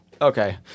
Okay